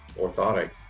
orthotic